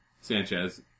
Sanchez